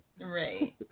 Right